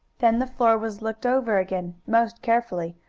then the floor was looked over again, most carefully,